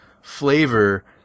flavor